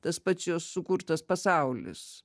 tas pats jos sukurtas pasaulis